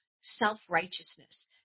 self-righteousness